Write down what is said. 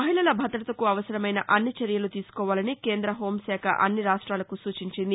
మహిళల భద్రతకు అవసరమైన అన్ని చర్యలూ తీసుకోవాలని కేంద్ర హోంశాఖ అన్ని రాష్ట్లాలకు సూచించింది